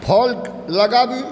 फल लगाबी